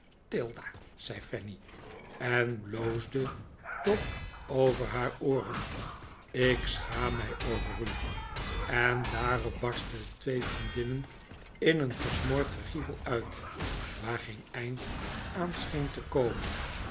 tilda zei fanny en bloosde tot over haar ooren ik schaam mij over u en daarop barstten de twee vriendinnen in een gesmoord gegichel uit waar geen eind aan scheen te komen